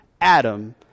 Adam